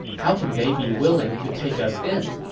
how can they be willing to take us in?